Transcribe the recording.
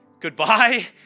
goodbye